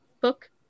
book